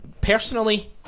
personally